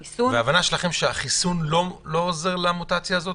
ההבנה שלכם היא שהחיסון לא עוזר נגד מוטציה הזאת?